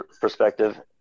perspective